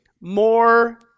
more